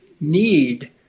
need